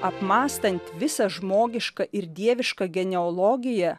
apmąstant visą žmogišką ir dievišką geneologiją